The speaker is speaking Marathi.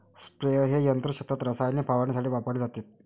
स्प्रेअर हे यंत्र शेतात रसायने फवारण्यासाठी वापरले जाते